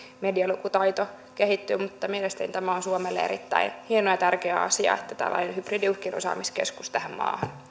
medialukutaito kehittyy mutta mielestäni tämä on suomelle erittäin hieno ja tärkeä asia että tällainen hybridiuhkien osaamiskeskus tähän maahan